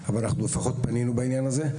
אבל לפחות פנינו בעניין הזה.